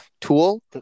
tool